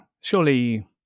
surely